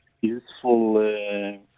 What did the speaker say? useful